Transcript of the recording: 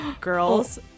girls